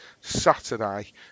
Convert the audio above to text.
Saturday